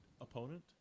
opponent